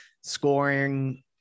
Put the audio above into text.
scoring